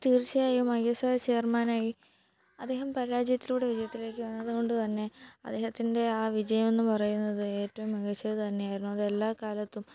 തീർച്ചയായും I S R O ചെയർമാനായി അദ്ദേഹം പരാജയത്തിലൂടെ വിജയത്തിലേക്ക് വന്നതുകൊണ്ടുതന്നെ അദ്ദേഹത്തിൻ്റെ ആ വിജയം എന്ന് പറയുന്നത് ഏറ്റവും മികച്ചത് തന്നെ ആയിരുന്നു അത് എല്ലാ കാലത്തും